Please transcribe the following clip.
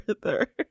further